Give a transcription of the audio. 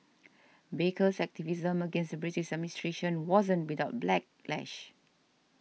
baker's activism against the British administration wasn't without backlash